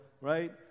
right